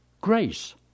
grace